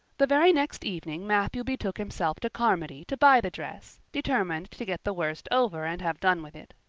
the very next evening matthew betook himself to carmody to buy the dress, determined to get the worst over and have done with it.